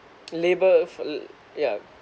labour for l~ ya